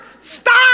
Stop